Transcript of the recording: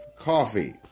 coffee